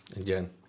Again